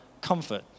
comfort